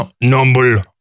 number